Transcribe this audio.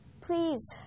please